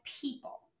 people